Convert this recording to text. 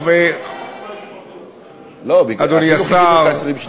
עד חמש דקות, אדוני.